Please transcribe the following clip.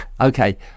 Okay